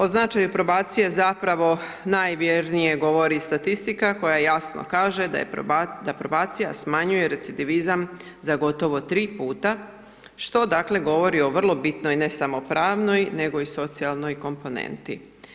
O značaju probacije zapravo najvjernije govori statistika koja jasno kaže da probacija smanjuje recidivizam za gotovo tri puta, što govori, dakle, o vrlo bitnoj, ne samo pravnoj, nego i socijalnoj komponenti.